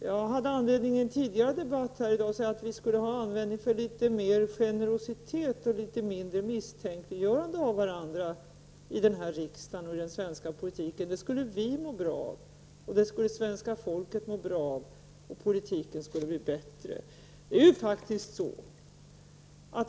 Jag hade anledning att i en tidigare debatt i dag säga att vi skulle ha användning av litet mer generositet och litet mindre av misstänkliggörande av varandra i den här riksdagen och i den svenska politiken. Det skulle vi må bra av, och det skulle svenska folket må bra av — politiken skulle bli bättre.